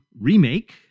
remake